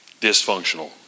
dysfunctional